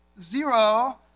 zero